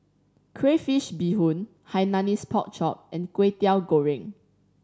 crayfish beehoon Hainanese Pork Chop and Kway Teow Goreng